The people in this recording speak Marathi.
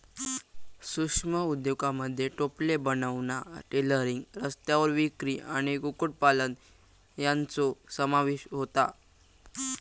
सूक्ष्म उद्योगांमध्ये टोपले बनवणा, टेलरिंग, रस्त्यावर विक्री आणि कुक्कुटपालन यांचो समावेश होता